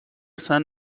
son